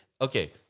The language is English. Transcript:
Okay